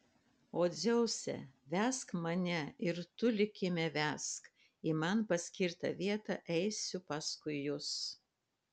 o dzeuse vesk mane ir tu likime vesk į man paskirtą vietą eisiu paskui jus